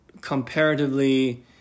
comparatively